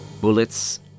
Bullets